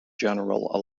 general